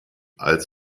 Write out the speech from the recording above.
als